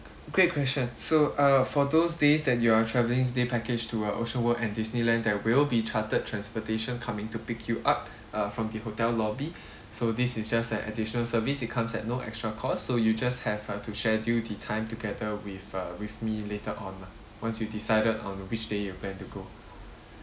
great question so uh for those days that you are traveling day package to uh ocean world and disneyland there will be chartered transportation coming to pick you up uh from the hotel lobby so this is just an additional service it comes at no extra cost so you just have uh to schedule the time together with uh with me later on lah once you decided on which day you plan to go